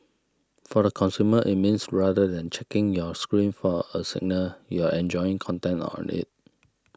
for the consumer it means rather than checking your screen for a signal you're enjoying content on it